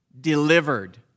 delivered